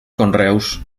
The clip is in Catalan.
conreus